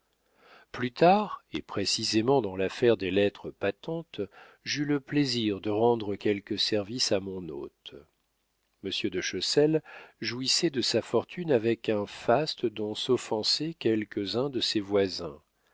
plus tard et précisément dans l'affaire des lettres patentes j'eus le plaisir de rendre quelques services à mon hôte monsieur de chessel jouissait de sa fortune avec un faste dont s'offensaient quelques-uns de ses voisins